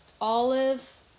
Olive